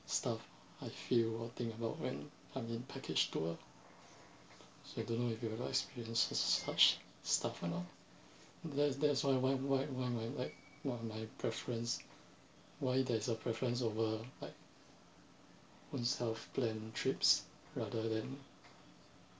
stuff I feel I will think about when I'm in package tour so don't know if you experiences such stuff or not that's that's why why why why I'm like why my preference why there is a preference over like own self plan trips rather than